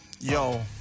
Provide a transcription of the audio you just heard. yo